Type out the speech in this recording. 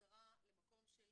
חזרה למקום של